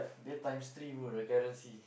they times three bro the currency